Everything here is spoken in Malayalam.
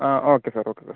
ആ ഓക്കെ സർ ഓക്കെ സർ